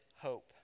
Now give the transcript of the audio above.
hope